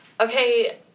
Okay